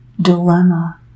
dilemma